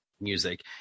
music